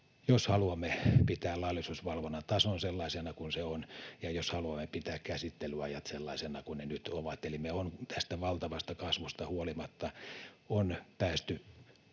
jos haluamme pitää laillisuusvalvonnan tason sellaisena kuin se on ja jos haluamme pitää käsittelyajat sellaisina kuin ne nyt ovat. Eli me ollaan tästä valtavasta kasvusta huolimatta päästy